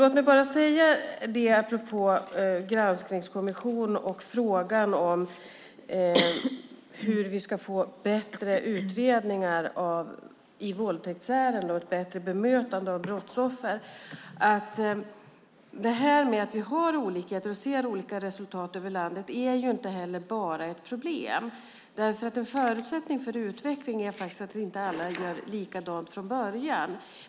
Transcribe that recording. Låt mig bara säga, apropå frågan om en granskningskommission och hur vi ska få bättre utredningar i våldtäktsärenden och ett bättre bemötande av brottsoffer, att detta att det är olikheter och olika resultat över landet inte bara är ett problem. En förutsättning för utveckling är faktiskt att inte alla gör likadant från början.